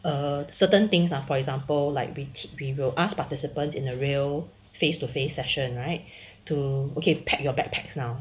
err certain things ah for example like we we will ask participants in a real face to face session right to okay pack your backpacks now